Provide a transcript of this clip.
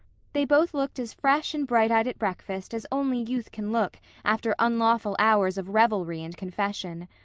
they both looked as fresh and bright-eyed at breakfast as only youth can look after unlawful hours of revelry and confession.